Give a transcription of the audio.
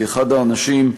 כאחד האנשים,